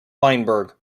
weinberg